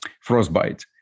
frostbite